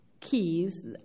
keys